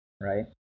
right